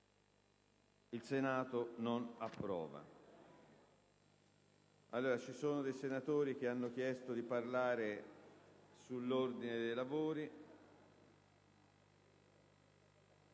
**Il Senato non approva.**